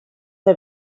der